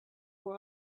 for